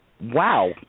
Wow